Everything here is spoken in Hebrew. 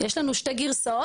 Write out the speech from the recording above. יש לנו שתי גירסאות.